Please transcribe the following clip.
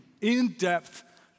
in-depth